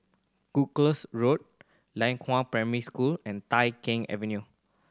Gloucester Road Lianhua Primary School and Tai Keng Avenue